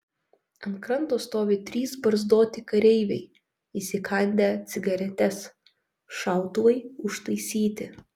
ant kranto stovi trys barzdoti kareiviai įsikandę cigaretes šautuvai užtaisyti